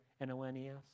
N-O-N-E-S